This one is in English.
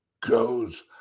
goes